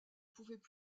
pouvaient